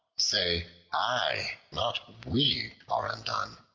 say i, not we are undone.